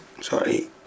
sorry